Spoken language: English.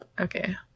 Okay